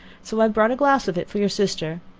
so i have brought a glass of it for your sister.